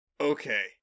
Okay